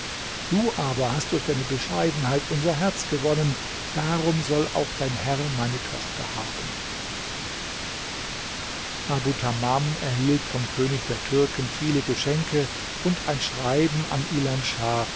du aber hast durch deine bescheidenheit unser herz gewonnen darum soll auch dein herr meine tochter haben abu tamam erhielt vom könig der türken viele geschenke und ein schreiben an ilan schah